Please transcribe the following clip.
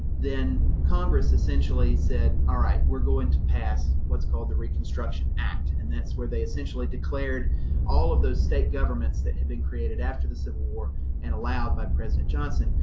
then congress essentially said, all right, we're going to pass what's called the reconstruction act and that's where they essentially declared all of those state governments that had been created after the civil war and allowed by president johnson,